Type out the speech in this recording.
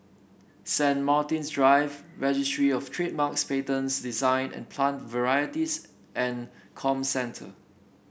Saint Martin's Drive Registry Of Trademarks Patents Design and Plant Varieties and Comcentre